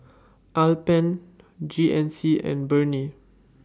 Alpen G N C and Burnie